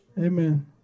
Amen